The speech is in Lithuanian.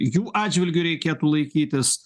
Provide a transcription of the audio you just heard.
jų atžvilgiu reikėtų laikytis